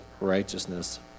righteousness